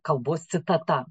kalbos citata